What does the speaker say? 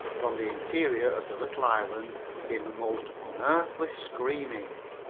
from the interior of the little island came a most unearthly screaming.